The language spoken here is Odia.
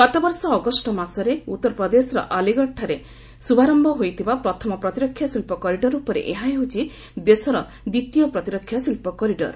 ଗତବର୍ଷ ଅଗଷ୍ଟ ମାସରେ ଉତ୍ତର ପ୍ରଦେଶର ଆଲଗଡ଼ଠାରେ ଶୁଭାରମ୍ଭ ହୋଇଥିବା ପ୍ରଥମ ପ୍ରତିରକ୍ଷା ଶିଳ୍ପ କରିଡର୍ ପରେ ଏହା ହେଉଛି ଦେଶର ଦ୍ୱିତୀୟ ପ୍ରତିରକ୍ଷା ଶିଳ୍ପ କରିଡର୍